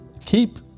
keep